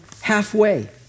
halfway